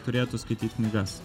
turėtų skaityt knygas